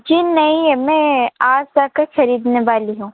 जी नहीं मैं आज जाकर खरीदने वाली हूँ